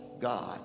God